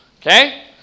Okay